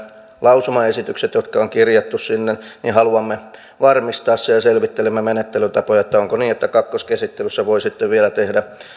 lausumaesitykset jotka on kirjattu sinne haluamme varmistaa sen ja selvittelemme menettelytapoja siinä onko niin että kakkoskäsittelyssä voi sitten vielä tehdä